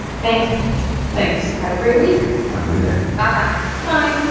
thanks thanks have a great week have a good day bye-bye bye